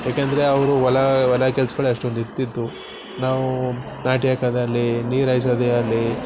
ಏಕೆಂದರೆ ಅವರು ಹೊಲ ಹೊಲ ಕೆಲ್ಸಗಳ್ ಅಷ್ಟೋಂದು ಇರ್ತಿತ್ತು ನಾವೂ ನಾಟಿ ಹಾಕದ್ ಆಗ್ಲೀ ನೀರು ಹಾಯ್ಸೋದೆ ಆಗಲೀ